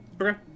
Okay